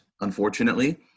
unfortunately